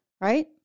right